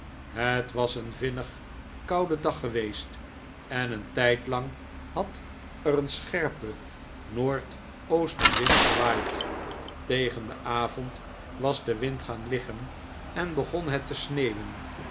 het was een vinnig koude dag geweest en een tijdlang had er een scherpe noordoostenwind gewaaid tegen den avond was de wind gaan liggen en begon het te sneeuwen